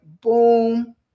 boom